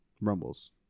rumbles